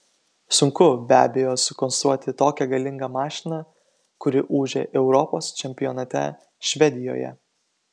sunku be abejo sukonstruoti tokią galingą mašiną kuri ūžė europos čempionate švedijoje